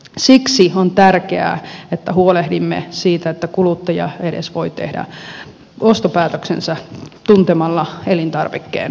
siksi on tärkeää että huolehdimme siitä että kuluttaja edes voi tehdä ostopäätöksensä tuntemalla elintarvikkeen alkuperän